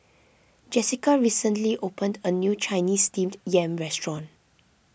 Jessika recently opened a new Chinese Steamed Yam restaurant